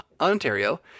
Ontario